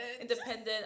independent